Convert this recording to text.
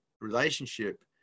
relationship